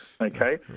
okay